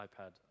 iPad